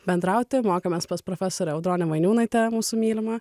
bendrauti mokėmės pas profesore audrone vainiūnaite mūsų mylima